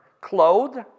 clothed